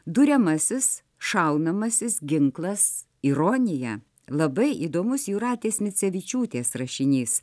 duriamasis šaunamasis ginklas ironija labai įdomus jūratės micevičiūtės rašinys